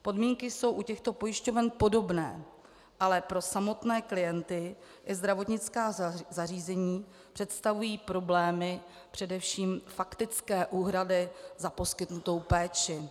Podmínky jsou u těchto pojišťoven podobné, ale pro samotné klienty i zdravotnická zařízení představují problémy především faktické úhrady za poskytnutou péči.